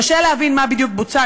קשה להבין מה בדיוק בוצע,